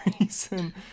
reason